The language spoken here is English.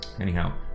anyhow